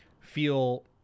feel